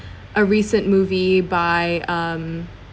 a recent movie by um